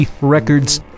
Records